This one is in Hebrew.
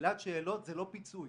פסילת שאלות היא לא פיצוי